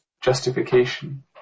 justification